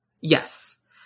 Yes